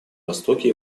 востоке